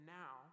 now